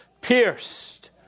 pierced